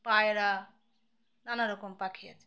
পায়রা নানারকম পাখি আছে